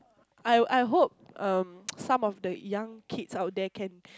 I I hope um some of the young kids out there can